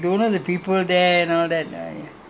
the life there is so much different from there and here